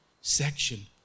section